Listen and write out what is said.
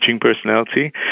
personality